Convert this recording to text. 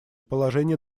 положение